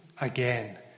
again